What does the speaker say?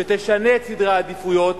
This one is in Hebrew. שתשנה את סדרי העדיפויות,